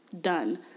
Done